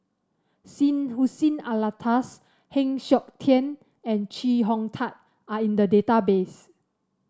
Syed Hussein Alatas Heng Siok Tian and Chee Hong Tat are in the database